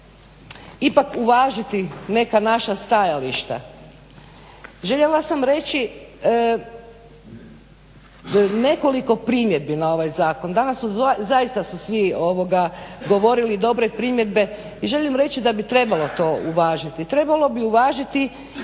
ipak uvažiti neka naša stajališta. Željela sam reći nekoliko primjedbi na ovaj zakon. Danas zaista su svi govorili dobre primjedbe i želim reći da bi trebalo to uvažiti. Trebalo bi uvažiti